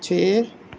ਛੇ